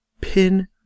pin